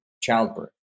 childbirth